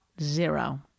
Zero